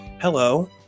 Hello